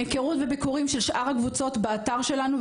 מהיכרות וביקורים של שאר הקבוצות באתר שלנו,